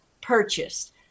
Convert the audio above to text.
purchased